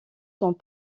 sont